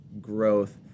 growth